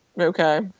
Okay